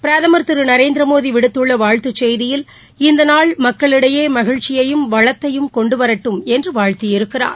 பிரதம் திரு நரேந்திரமோடி விடுத்துள்ள வாழ்த்துச் செய்தியில் மக்களிடையே மகிழ்ச்சியையும் வளத்தையும் கொண்டுவரட்டும் என்று வாழ்த்தியிருக்கிறார்